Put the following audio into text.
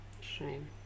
Shame